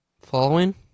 following